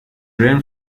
ran